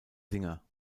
singer